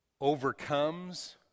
overcomes